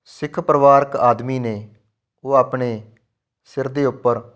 ਸਿੱਖ ਪਰਿਵਾਰਿਕ ਆਦਮੀ ਨੇ ਉਹ ਆਪਣੇ ਸਿਰ ਦੇ ਉੱਪਰ